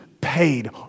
paid